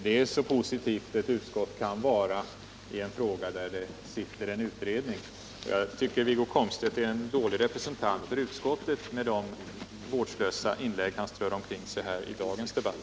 Det är så positivt ett utskott kan vara i en fråga som behandlas av en utredning. Jag tycker att Wiggo Komstedt är en dålig representant för utskottet med de vårdslösa inlägg han strött omkring sig i dagens debatt.